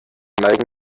neigen